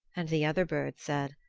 and the other bird said,